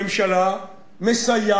אבל הממשלה מסייעת,